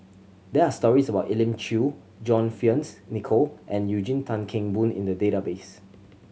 there are stories about Elim Chew John Fearns Nicoll and Eugene Tan Kheng Boon in the database